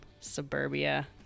suburbia